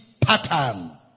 pattern